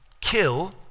kill